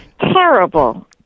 terrible